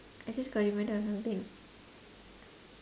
I just got reminded of something